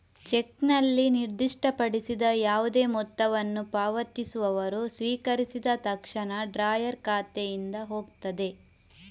ಚೆಕ್ನಲ್ಲಿ ನಿರ್ದಿಷ್ಟಪಡಿಸಿದ ಯಾವುದೇ ಮೊತ್ತವನ್ನು ಪಾವತಿಸುವವರು ಸ್ವೀಕರಿಸಿದ ತಕ್ಷಣ ಡ್ರಾಯರ್ ಖಾತೆಯಿಂದ ಹೋಗ್ತದೆ